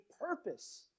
purpose